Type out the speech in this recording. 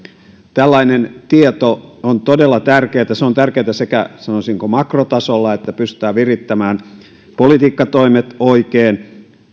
tällainen tieto on todella tärkeätä se on tärkeätä sekä sanoisinko makrotasolla jotta pystytään virittämään politiikkatoimet oikein